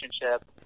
relationship